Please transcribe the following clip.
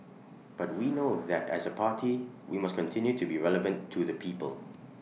but we know that as A party we must continue to be relevant to the people